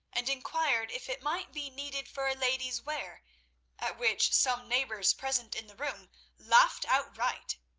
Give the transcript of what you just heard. and inquired if it might be needed for a lady's wear, at which some neighbours present in the room laughed outright.